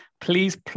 please